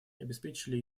обеспечили